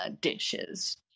dishes